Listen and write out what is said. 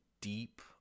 deep